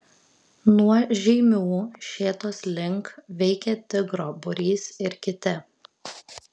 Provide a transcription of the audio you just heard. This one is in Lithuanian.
nuo žeimių šėtos link veikė tigro būrys ir kiti